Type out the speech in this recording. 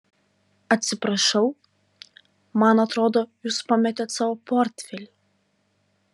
atsiprašau man atrodo jūs pametėt savo portfelį